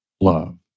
love